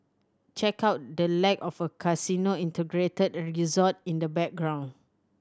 check out the lack of a casino integrated resort in the background